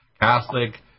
Catholic